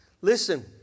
Listen